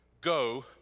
go